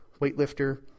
weightlifter